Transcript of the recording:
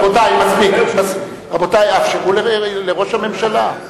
רבותי, תאפשרו לראש הממשלה.